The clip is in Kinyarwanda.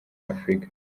afrika